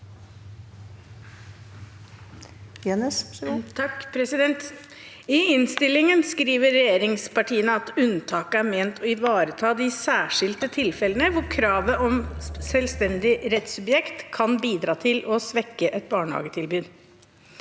I innstillingen skriver regjeringspartiene at unntaket er ment å ivareta de særskilte tilfellene hvor kravet om selvstendig rettssubjekt kan bidra til å svekke et barnehagetilbud.